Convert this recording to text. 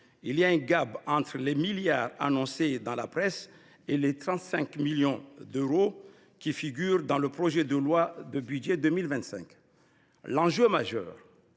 Il y a un entre les milliards annoncés dans la presse et les 35 millions d’euros qui figurent dans le projet de loi de finances pour 2025. L’enjeu majeur